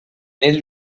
ell